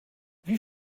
wie